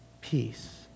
Peace